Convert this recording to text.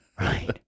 Right